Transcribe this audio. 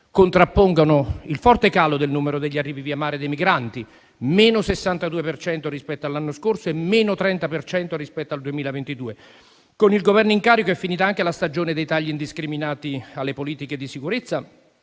contrappongono il forte calo del numero degli arrivi via mare dei migranti: meno 62 per cento rispetto all'anno scorso e meno 30 per cento rispetto al 2022. Con il Governo in carica è finita anche la stagione dei tagli indiscriminati alle politiche di sicurezza